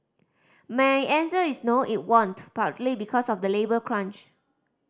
my answer is no it won't partly because of the labour crunch